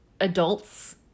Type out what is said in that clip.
adults